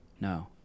No